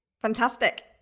fantastic